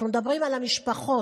אנחנו מדברים על המשפחות.